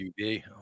UV